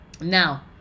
Now